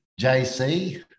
JC